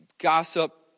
Gossip